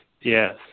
Yes